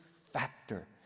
factor